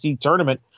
tournament